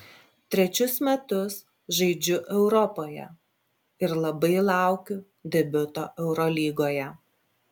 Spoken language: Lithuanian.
trečius metus žaidžiu europoje ir labai laukiu debiuto eurolygoje